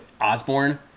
Osborne